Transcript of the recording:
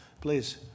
please